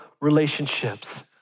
Relationships